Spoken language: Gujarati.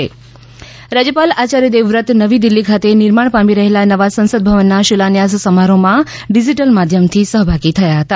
રાજ્યપાલ રાજ્યપાલ આચાર્ય દેવવ્રત નવી દિલ્ફી ખાતે નિર્માણ પામી રહેલા નવા સંસદ ભવનના શિલાન્યાસ સમારોહમાં ડીજીટલ માધ્યમથી સહભાગી થયા હતા